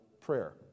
prayer